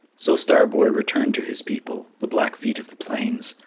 so star-boy returned to his people, the blackfeet of the plains,